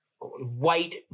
white